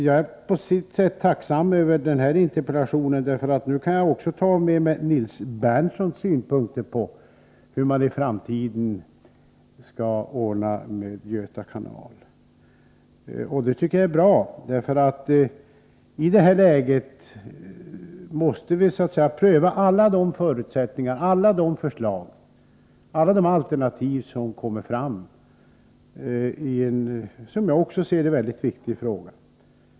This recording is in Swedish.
Jag är på sätt och vis tacksam för Nils Berndtsons interpellation — nu kan jag ta med mig också Nils Berndtsons synpunkter på hur man i framtiden skall ordna det med Göta kanal. Det tycker jag är bra —i det här läget måste vi pröva alla de förslag och alternativ som kommer fram i denna, som jag också ser det, mycket viktiga fråga.